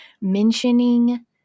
mentioning